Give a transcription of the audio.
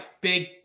big